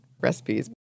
recipes